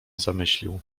zamyślił